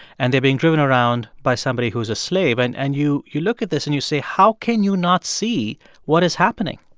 and they are being driven around by somebody who is a slave. and and you you look at this, and you say, how can you not see what is happening?